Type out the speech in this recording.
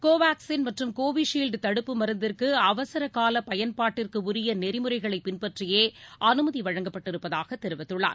கோவாக்சின் மற்றும் கோவிஷீல்டு தடுப்பு மருந்திற்கு அவசரகால பயன்பாட்டிற்கு உரிய நெறிமுறைகளை பின்பற்றியே அனுமதி வழங்கப்பட்டிருப்பதாக தெரிவித்துள்ளார்